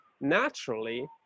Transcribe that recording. naturally